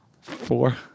four